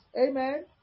Amen